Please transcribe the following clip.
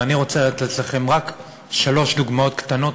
ואני רוצה לתת לכם רק שלוש דוגמאות קטנות